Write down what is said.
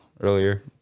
earlier